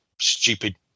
stupid